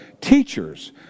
teachers